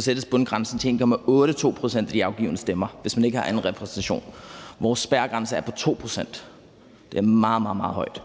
sættes bundgrænsen til 1,82 pct. af de afgivne stemmer, hvis man ikke har anden repræsentation. Vores spærregrænse er på 2 pct. Det er meget, meget højt.